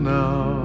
now